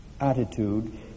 attitude